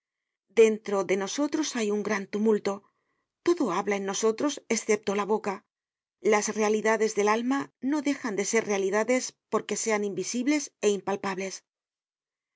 dentro de nosotros hay un gran tumulto todo habla en nosotros escepto la boca las realidades del alma no dejan de ser realidades porque sean invisibles é impalpables